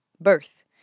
Birth